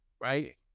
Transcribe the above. right